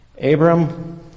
Abram